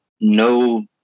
no